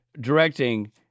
directing